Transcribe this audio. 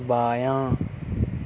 بایاں